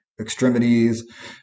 extremities